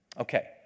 Okay